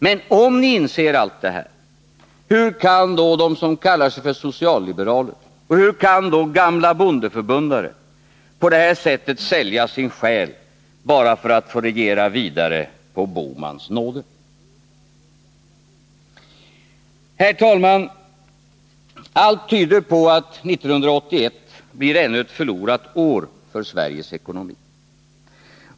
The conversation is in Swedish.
Men om ni inser allt detta, hur kan då de som kallar sig för socialliberaler och hur kan gamla bondeförbundare på det här sättet sälja sin själ bara för att få regera vidare på Görsta Bohmans nåde? Herr talman! Allt tyder på att 1981 blir ännu ett förlorat år för Sveriges ekonomi.